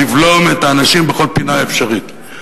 לבלום את האנשים בכל פינה אפשרית,